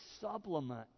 supplement